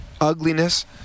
ugliness